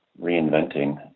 reinventing